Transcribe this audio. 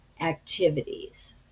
activities